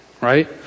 Right